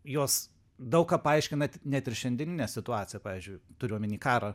jos daug ką paaiškina net ir šiandieninę situaciją pavyzdžiui turiu omeny karą